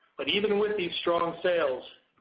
but even with these strong sales,